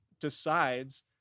decides